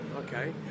Okay